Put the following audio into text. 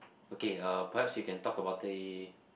okay uh perhaps you can talk about the